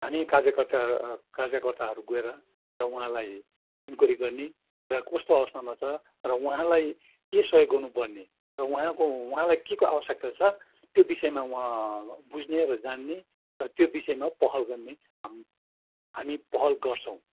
हामी कार्यकर्ता कार्यकर्ताहरू गएर र उहाँलाई इन्क्वायरी गर्ने र कस्तो अवस्थामा छ र उहाँलाई के सहयोग गर्नुपर्ने र उहाँको उहाँलाई के को आवश्यकता छ त्यो विषयमा म बुझ्ने र जान्ने र त्यो विषयमा पहल गर्ने हामी पहल गर्छौँ